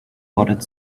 but